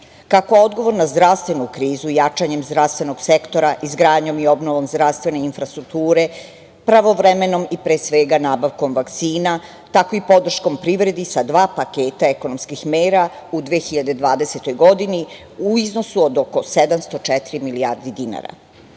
Kako odgovor na zdravstvenu krizu jačanjem zdravstvenog sektora, izgradnjom i obnovom zdravstvene infrastrukture, pravovremenom i pre svega nabavkom vakcina, tako i podrškom privredi sa dva paketa ekonomskih mera u 2020. godini u iznosu od oko 704 milijardi dinara. Uspeli